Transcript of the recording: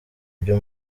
byo